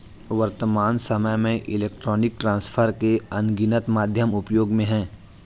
वर्त्तमान सामय में इलेक्ट्रॉनिक ट्रांसफर के अनगिनत माध्यम उपयोग में हैं